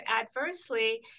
adversely